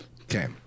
Okay